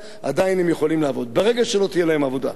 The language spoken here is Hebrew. ברגע שלא תהיה להם עבודה, ומתקני השהייה,